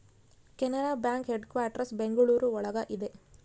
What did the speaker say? Canara bank headquarters Bengaluru ಒಳಗ ಇದೆ